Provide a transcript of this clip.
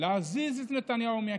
להזיז את נתניהו מהכיסא.